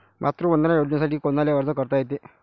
मातृवंदना योजनेसाठी कोनाले अर्ज करता येते?